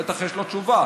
בטח יש לו תשובה.